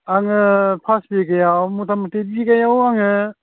आङो पास बिगायाव मथामथि बिगायाव आङो